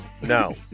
No